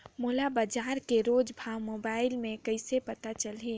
मोला बजार के रोज भाव मोबाइल मे कइसे पता चलही?